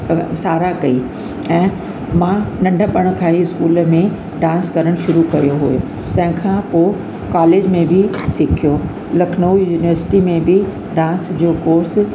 स साराह कयी ऐं मां नंढपिण खां ई स्कूल में डांस करण शुरू कयो हो तंहिंखां पोइ कॉलेज में बि सिखियो लखनऊ यूनीवर्सिटी में बि डांस जो कोर्स